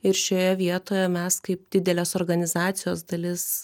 ir šioje vietoje mes kaip didelės organizacijos dalis